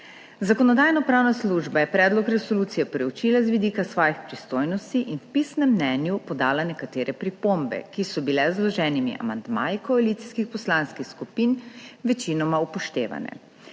Zakonodajno-pravna služba je predlog resolucije preučila z vidika svojih pristojnosti in v pisnem mnenju podala nekatere pripombe, ki so bile z vloženimi amandmaji koalicijskih poslanskih skupin večinoma upoštevane.